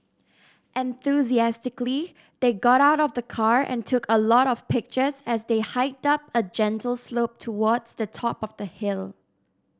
enthusiastically they got out of the car and took a lot of pictures as they hiked up a gentle slope towards the top of the hill